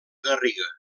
garriga